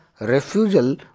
refusal